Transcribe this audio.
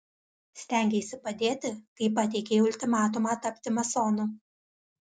stengeisi padėti kai pateikei ultimatumą tapti masonu